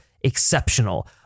exceptional